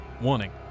Warning